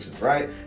Right